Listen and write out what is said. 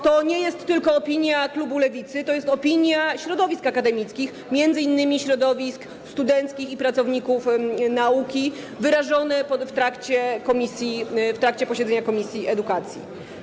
To nie jest tylko opinia klubu Lewicy, to jest opinia środowisk akademickich, m.in. środowisk studenckich i pracowników nauki, wyrażona w trakcie posiedzenia komisji edukacji.